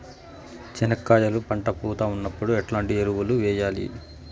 చెనక్కాయలు పంట పూత ఉన్నప్పుడు ఎట్లాంటి ఎరువులు వేయలి?